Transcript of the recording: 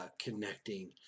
connecting